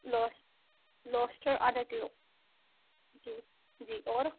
لاسٹر آدھا کلو جی جی اور